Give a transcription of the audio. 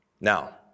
Now